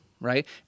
right